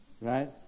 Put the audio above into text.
right